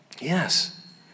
yes